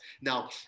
Now